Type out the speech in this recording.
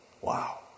Wow